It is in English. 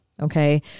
okay